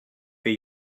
were